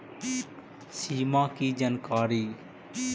सिमा कि जानकारी?